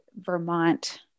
Vermont